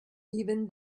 even